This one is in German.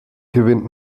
gewinnt